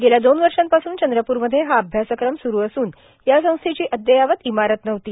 गेल्या दोन वषापासून चंद्रपूरमध्ये हा अभ्यासक्रम सुरू असून या संस्थेची अद्यावत इमारत नव्हती